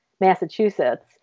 Massachusetts